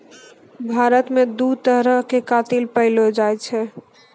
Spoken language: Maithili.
भारत मे दु तरहो के कातिल पैएलो जाय छै